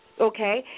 okay